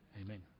Amen